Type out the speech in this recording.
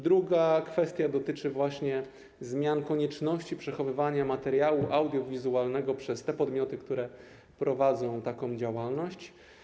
Druga kwestia dotyczy właśnie zmian w zakresie konieczności przechowywania materiału audiowizualnego przez podmioty, które prowadzą taką działalność.